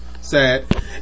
sad